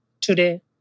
today